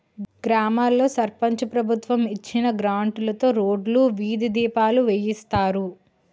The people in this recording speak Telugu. గ్రామాల్లో సర్పంచు ప్రభుత్వం ఇచ్చిన గ్రాంట్లుతో రోడ్లు, వీధి దీపాలు వేయిస్తారు